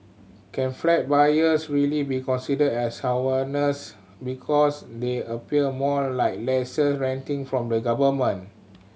can flat buyers really be considered as homeowners because they appear more like lessee renting from the government